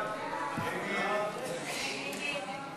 שלי יחימוביץ,